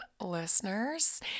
listeners